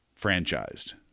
franchised